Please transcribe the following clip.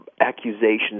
accusations